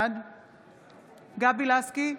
בעד גבי לסקי,